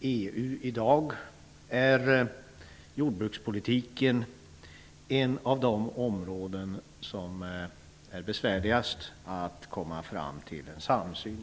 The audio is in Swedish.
EU i dag är jordbrukspolitiken ett av de områden där det är besvärligast att komma fram till en samsyn.